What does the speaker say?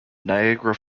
niagara